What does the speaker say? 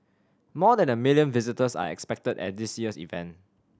more than a million visitors are expected at this year's event